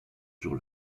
sur